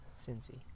Cincy